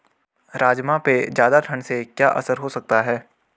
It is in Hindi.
राजमा पे ज़्यादा ठण्ड से क्या असर हो सकता है?